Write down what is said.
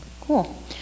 Cool